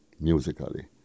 musically